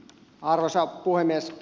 arvoisa puhemies